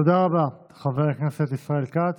תודה רבה, חבר הכנסת ישראל כץ.